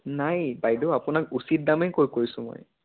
নাই বাইদেউ আপোনাক উচিত দামেই কৈ কৈছোঁ মই